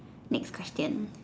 next question